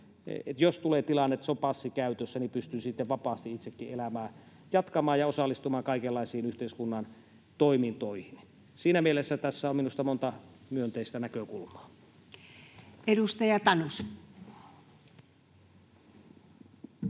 jos tulee tilanne, että on passi käytössä, pystyn sitten vapaasti itsekin elämää jatkamaan ja osallistumaan kaikenlaisiin yhteiskunnan toimintoihin. Siinä mielessä tässä on minusta monta myönteistä näkökulmaa. [Speech 129]